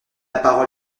parole